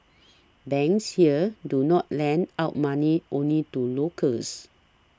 banks here do not lend out money only to locals